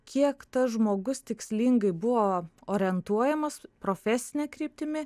kiek tas žmogus tikslingai buvo orientuojamas profesine kryptimi